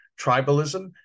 Tribalism